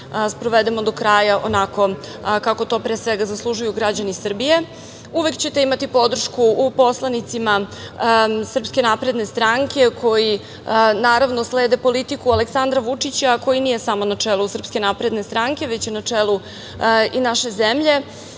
sprovedemo do kraja onako kako to, pre svega, zaslužuju građani Srbije. Uvek ćete imati podršku u poslanicima Srpske napredne stranke koji, naravno, slede politiku Aleksandra Vučića, koji nije samo na čelu Srpske napredne stranke, već i na čelu i naše zemlje. Mi